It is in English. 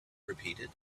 repeated